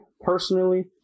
personally